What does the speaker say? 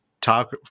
talk